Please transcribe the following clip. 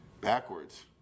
backwards